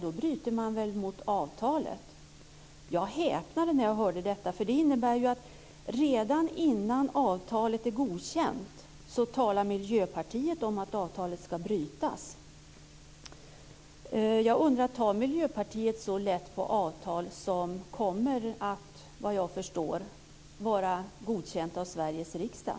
Då bryter man väl mot avtalet? Jag häpnade när jag hörde detta. Det innebär ju att redan innan avtalet är godkänt talar Miljöpartiet om att det ska brytas. Jag undrar om Miljöpartiet tar så lätt på ett avtal som kommer att, såvitt jag förstår, vara godkänt av Sveriges riksdag?